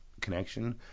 connection